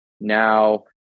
now